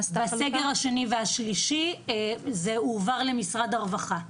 בסגר השני והשלישי זה הועבר למשרד הרווחה.